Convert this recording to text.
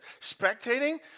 spectating